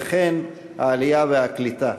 וכן העלייה והקליטה.